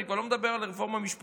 ואני כבר לא מדבר על רפורמה משפטית,